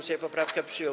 Sejm poprawkę przyjął.